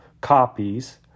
copies